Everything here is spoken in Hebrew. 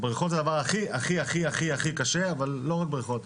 הבריכות זה הדבר הכי קשה אבל לא רק בריכות.